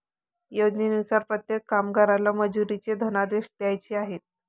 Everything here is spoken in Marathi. योजनेनुसार प्रत्येक कामगाराला मजुरीचे धनादेश द्यायचे आहेत